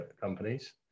companies